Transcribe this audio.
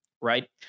right